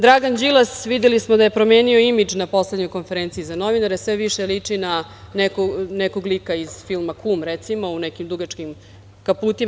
Dragan Đilas, videli smo da je promenio imidž na poslednjoj konferenciji za novinare, sve više liči na nekog lika iz filma „Kum“, recimo, u nekim dugačkim kaputima.